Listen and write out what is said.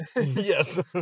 Yes